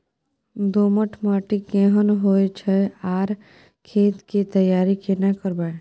दोमट माटी केहन होय छै आर खेत के तैयारी केना करबै?